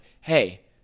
hey